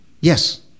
Yes